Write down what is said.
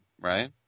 right